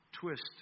twist